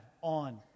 on